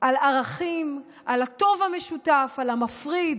על ערכים, על הטוב המשותף, על המפריד,